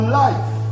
life